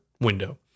window